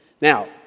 Now